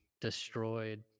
destroyed